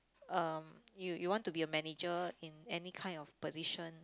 uh you you want to be a manager in any kind of position